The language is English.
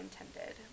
intended